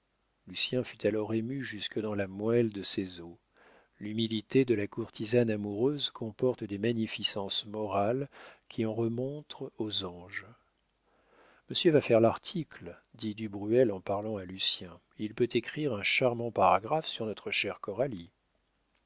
pleurs lucien fut alors ému jusque dans la moelle de ses os l'humilité de la courtisane amoureuse comporte des magnificences morales qui en remontrent aux anges monsieur va faire l'article dit du bruel en parlant à lucien il peut écrire un charmant paragraphe sur notre chère